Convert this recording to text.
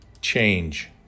change